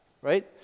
right